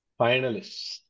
finalists